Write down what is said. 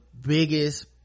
biggest